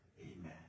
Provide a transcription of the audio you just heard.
amen